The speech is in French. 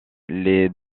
les